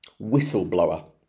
Whistleblower